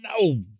no